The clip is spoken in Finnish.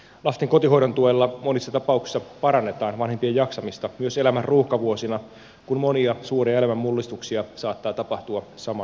lasten kotihoidon tuella monissa tapauksissa parannetaan vanhempien jaksamista myös elämän ruuhkavuosina kun monia suuria elämän mullistuksia saattaa tapahtua samanaikaisesti